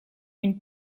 une